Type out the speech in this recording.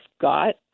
got